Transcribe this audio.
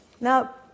Now